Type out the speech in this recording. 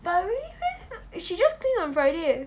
but already she just clean on friday